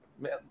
man